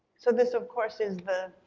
so this of course is the,